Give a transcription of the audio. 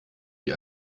die